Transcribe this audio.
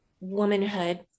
womanhood